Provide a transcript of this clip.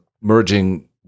merging